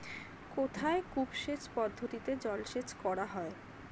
কোথায় কূপ সেচ পদ্ধতিতে জলসেচ করা হয়?